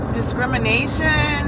discrimination